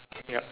yup